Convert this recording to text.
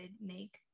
make